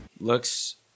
Looks